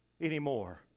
anymore